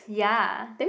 ya